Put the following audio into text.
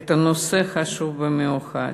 את הנושא החשוב במיוחד.